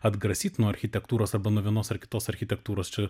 atgrasyt nuo architektūros arba nuo vienos ar kitos architektūros čia